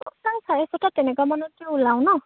ছটা চাৰে ছটা তেনেকুৱা মানতে ওলাওঁ ন'